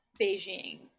Beijing